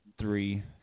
three